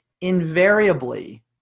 invariably